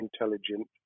intelligent